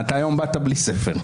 היום באת בלי ספר.